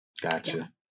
Gotcha